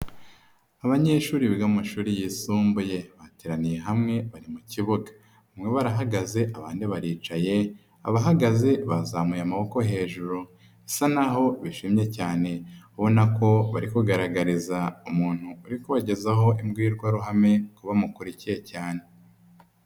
Abanyeshuri biga mu mashuri yisumbuye, bateraniye hamwe bari mu kibuga, bamwe barahagaze abandi baricaye, abahagaze bazamuye amaboko hejuru, bisa n'aho bishimye cyane, ubona ko bari kugaragariza umuntu uri kubagezaho imbwirwaruhame ko bamukurikiye cyane.